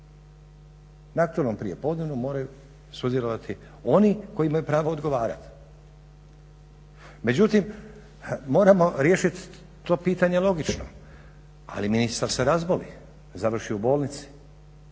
Na aktualnom prijepodnevu moraju sudjelovati oni koji imaju pravo odgovarati. Međutim, moramo riješit to pitanje logično. Ali ministar se razboli, završi u bolnici,